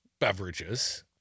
beverages